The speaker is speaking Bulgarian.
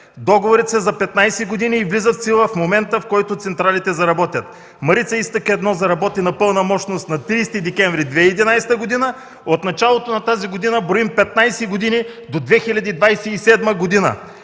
Договорите са за 15 години и влизат в сила в момента, в който централите заработят. „Марица изток-1” заработи на пълна мощност на 30 декември 2011 г. От началото на тази година броим 15 години. До 2027 г.